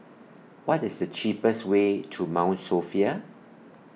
What IS The cheapest Way to Mount Sophia